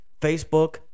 Facebook